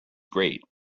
great